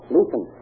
Listen